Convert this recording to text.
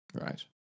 Right